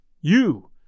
You